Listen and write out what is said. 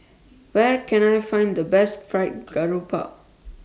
Where Can I Find The Best Fried Garoupa